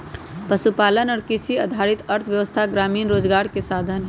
पशुपालन और कृषि आधारित अर्थव्यवस्था ग्रामीण रोजगार के साधन हई